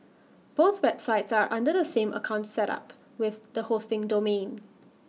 both websites are under the same account set up with the hosting domain